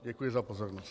Děkuji za pozornost.